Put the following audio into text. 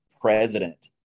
president